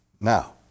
Now